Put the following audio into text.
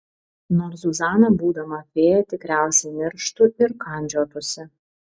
nors zuzana būdama fėja tikriausiai nirštų ir kandžiotųsi